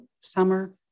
summer